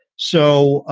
so,